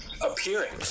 appearing